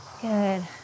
Good